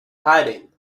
hiding